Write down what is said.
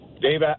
Dave